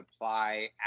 apply